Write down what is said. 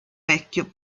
vecchio